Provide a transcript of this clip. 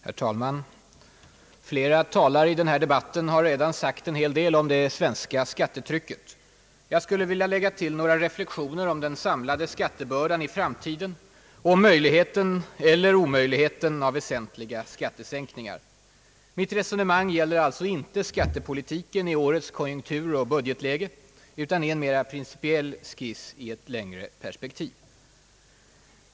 Herr talman! Flera talare i denna debatt har redan sagt en hel del om det svenska skattetrycket. Jag skulle vilja lägga till några reflexioner om den samlade skattebördan i framtiden och möj ligheten, eller omöjligheten, av väsentliga skattesänkningar. Mitt resonemang gäller alltså inte skattepolitiken i årets konjunkturoch budgetläge, utan är en mera principiell skiss i ett längre perspektiv.